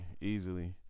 Easily